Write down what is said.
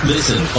Listen